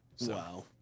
wow